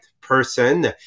person